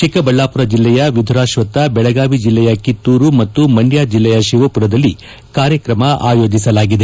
ಚಿಕ್ಕಬಳ್ಳಾಪುರ ಜಿಲ್ಲೆಯ ವಿದುರಾಶ್ವತ್ತ ಬೆಳಗಾವಿ ಜಿಲ್ಲೆಯ ಕಿತ್ತೂರು ಮತ್ತು ಮಂದ್ಯ ಜಿಲ್ಲೆಯ ಶಿವಪುರದಲ್ಲಿ ಕಾರ್ಯಕ್ರಮ ಆಯೋಜಿಸಲಾಗಿದೆ